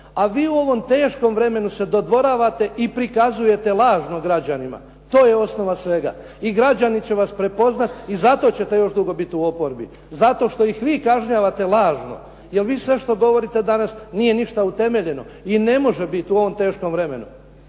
A vi u ovom teškom vremenu se dodvoravate i prikazujete lažno građanima, to je osnova svega. I građani će vas prepoznati i zato ćete još dugo biti u oporbi, zato što ih vi kažnjavate lažno jer vi sve što govorite danas nije ništa utemeljeno i ne može biti u ovom teškom vremenu.